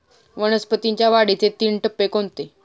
वनस्पतींच्या वाढीचे तीन टप्पे कोणते?